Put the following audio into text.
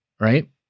right